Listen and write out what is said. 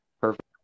perfect